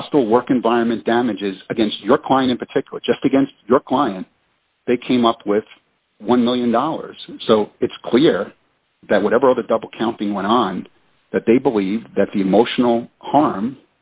hostile work environment damages against your client in particular just against your client they came up with one million dollars so it's clear that whatever the double counting went on that they believe that the emotional harm